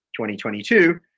2022